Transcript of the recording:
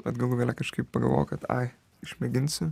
bet galų gale kažkaip pagalvojau kad ai išmėginsiu